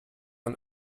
ein